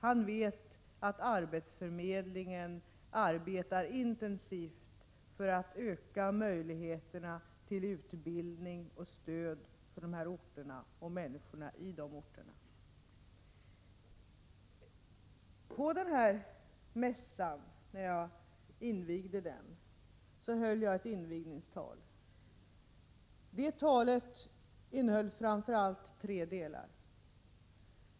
Han vet att arbetsförmedlingen arbetar intensivt för att öka möjligheterna till utbildning och stöd för dessa orter och för människorna i dessa orter. Vid mässan i Solna höll jag ett invigningstal som var indelat i tre delar.